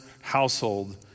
household